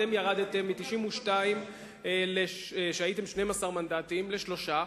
אתם ירדתם מ-1992 שבה הייתם 12 מנדטים לשלושה.